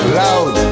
loud